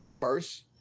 first